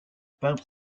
peintre